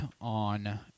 on